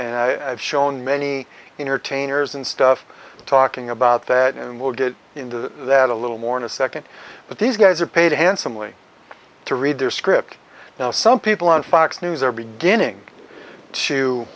and i've shown many entertainers and stuff talking about that and we'll get into that a little more in a second but these guys are paid handsomely to read their script now some people on fox news are beginning to